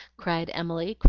cried emily,